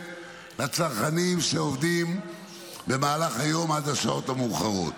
לצרכנים שעובדים במהלך היום עד השעות המאוחרות.